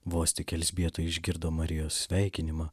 vos tik elzbieta išgirdo marijos sveikinimą